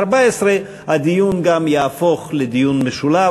הדיון גם יהפוך לדיון משולב,